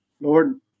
Lord